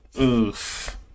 Oof